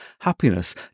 happiness